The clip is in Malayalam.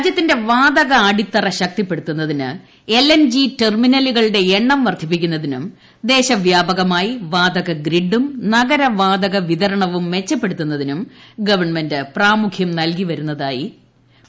രാജ്യത്തിന്റെ വാതക അടിത്തറ ശക്തിപ്പെടുത്തുന്നതിന് എൽ എൻ ജി ടെർമിനലുകളുടെ എണ്ണം വർദ്ധിപ്പിക്കുന്നതിനും ദേശവ്യാപകമായി വാതകഗ്രിഡും നഗര വാതക വിതരണവും മെച്ചപ്പെടുത്തുന്നതിനും ഗവൺമെന്റ് പ്രാമുഖ്യം നൽകുന്നതായി പ്രധാനമന്ത്രി നരേന്ദ്രമോദി